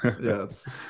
yes